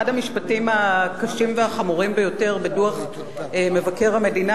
אחד המשפטים הקשים והחמורים ביותר בדוח מבקר המדינה